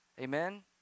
Amen